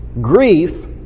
grief